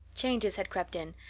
changes had crept in,